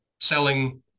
selling